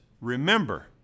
remember